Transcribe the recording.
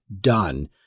done